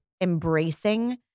embracing